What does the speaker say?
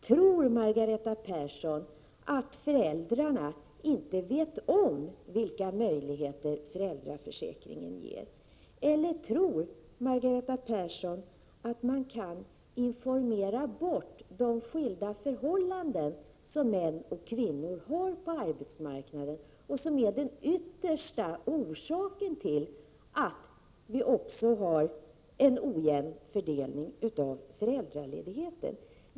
Tror Margareta Persson att föräldrarna inte vet om vilka möjligheter föräldraförsäkringen ger, eller tror Margareta Persson att man kan informera bort de skilda förhållanden som män och kvinnor har på arbetsmarknaden och som är den yttersta orsaken till att vi också har en ojämn fördelning av föräldraledighet?